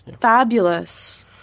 fabulous